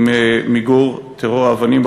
למיגור טרור האבנים,